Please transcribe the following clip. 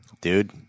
dude –